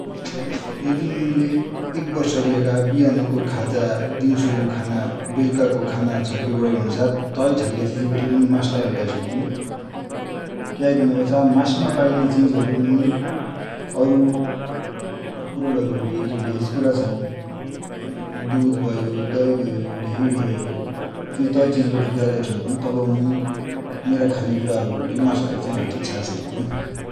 यदि मुइले एक बर्स कि लेखा बिहान को खाजा, दिउसो को खाना, बेलुका को खाना छाड्डू पर्यो भनेपछा तै खाने चिज बठे मुइ मासु लाइ हटाइसक्दु, क्या कि भनेपछा मासु माइ पाइने चिज हरु मुइ अर्को जो भेज कुराहरु छन दुध भयो, दहि भयो, घ्यु भयो, तै चिज बठे पुर गर्सक्दु । तब मुइ मेरा खाने कुरा बठे माशु लाइ छाडीसक्दु ।